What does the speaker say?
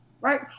right